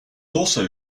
also